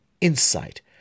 insight